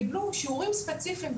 קיבלו שיעורים ספציפיים,